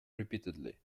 repeatedly